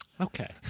Okay